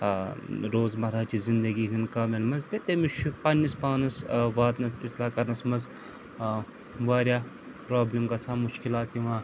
ٲں روزمَرہ چہِ زِنٛدگی ہِنٛدیٚن کامیٚن منٛز تہٕ تٔمِس چھُ پننِس پانَس ٲں واتنَس اصلاح کَرنَس منٛز ٲں واریاہ پرٛابلِم گَژھان مشکلات یِوان